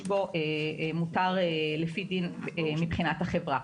במידע הזה מותר לפי דין מבחינת החברה.